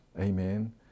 Amen